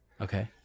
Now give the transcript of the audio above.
Okay